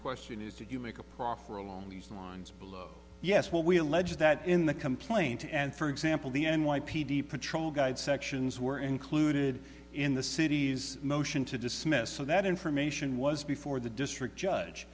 question is did you make a profit along these lines below yes what we allege that in the complaint and for example the n y p d patrol guide sections were included in the city's motion to dismiss so that information was before the district judge